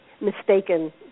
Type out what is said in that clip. mistaken